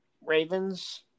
Ravens